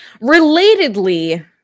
Relatedly